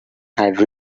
had